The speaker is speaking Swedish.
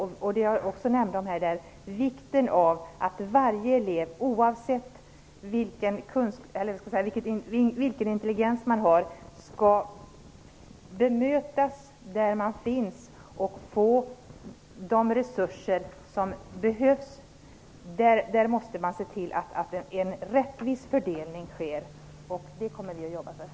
Jag nämnde i mitt anförande också hur viktigt det är att varje elev oavsett intelligens bemöts där vederbörande är och får de resurser som behövs. Där måste man se till att det blir en rättvis fördelning, och det kommer vi att jobba för.